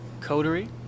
Coterie